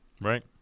Right